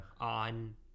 on